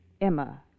Emma